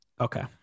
Okay